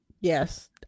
Yes